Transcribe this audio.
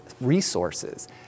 resources